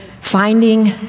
Finding